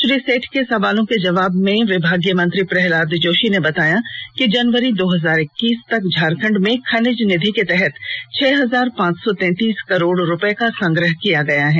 श्री सेठ के सवालों के जवाब में विभागीय मंत्री प्रहलाद जोशी ने बताया कि जनवरी दो हजार इक्कीस तक झारखंड में खनिज निधि के तहत छह हजार पांच सौ तैंतीस करोड़ रूपये का संग्रह किया गया है